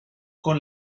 con